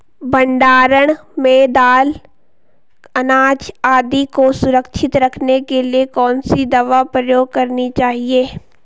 भण्डारण में दाल अनाज आदि को सुरक्षित रखने के लिए कौन सी दवा प्रयोग करनी चाहिए?